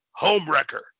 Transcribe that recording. homewrecker